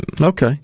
Okay